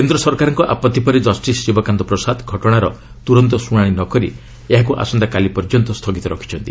କେନ୍ଦ୍ର ସରକାରଙ୍କ ଆପତ୍ତି ପରେ ଜଷ୍ଟିସ୍ ଶିବକାନ୍ତ ପ୍ରସାଦ ଘଟଣାର ତୁରନ୍ତ ଶୁଶାଣି ନ କରି ଏହାକୁ ଆସନ୍ତାକାଲି ପର୍ଯ୍ୟନ୍ତ ସ୍ଥଗିତ ରଖିଛନ୍ତି